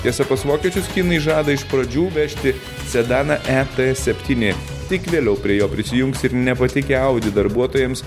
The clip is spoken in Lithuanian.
tiesa pas vokiečius kinai žada iš pradžių vežti sedaną e t septyni tik vėliau prie jo prisijungs ir nepatikę audi darbuotojams